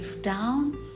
down